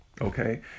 okay